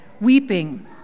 weeping